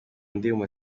ndirimbo